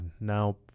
Now